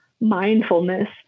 mindfulness